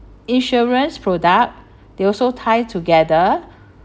insurance product they also tie together